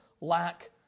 lack